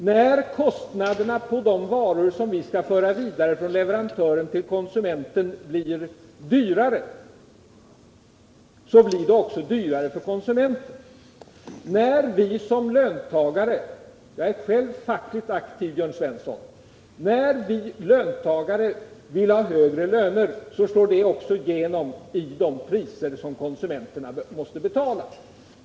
När kostnaderna för de varor som skall föras vidare från leverantören till konsumenten blir högre, så blir det också dyrare för konsumenten. När vi löntagare — jag är själv fackligt aktiv, Jörn Svensson -— vill ha högre löner, så slår det också igenom i de priser som konsumenterna måste betala.